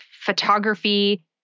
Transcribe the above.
photography